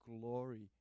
glory